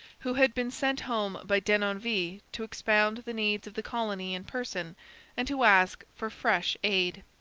who had been sent home by denonville to expound the needs of the colony in person and to ask for fresh aid.